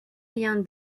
rien